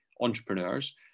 entrepreneurs